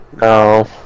No